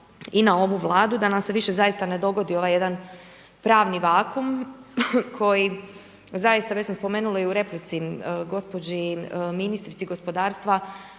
i na ovu Vladu da nam se više zaista ne dogodi ovaj jedan pravni vakuum koji zaista već sam spomenula i u replici gospođi ministrici gospodarstva,